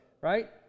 right